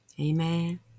Amen